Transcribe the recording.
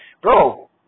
bro